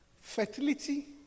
Fertility